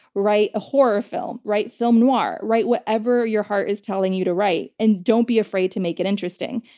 write a horror film. write film noir. write whatever your heart is telling you to write and don't be afraid to make it interesting.